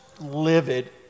livid